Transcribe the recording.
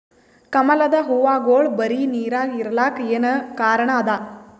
ಕಮಲದ ಹೂವಾಗೋಳ ಬರೀ ನೀರಾಗ ಇರಲಾಕ ಏನ ಕಾರಣ ಅದಾ?